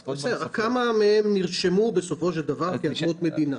בסדר, כמה מהן נרשמו בסופו של דבר כאדמות מדינה?